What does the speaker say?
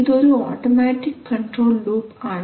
ഇത് ഒരു automatic control loop ആണ്